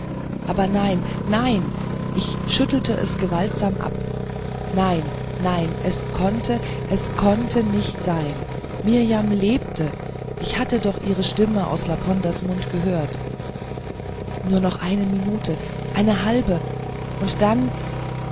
aber nein nein ich schüttelte es gewaltsam ab nein nein es konnte es konnte nicht sein mirjam lebte ich hatte doch ihre stimme aus laponders mund gehört nur noch eine minute eine halbe und dann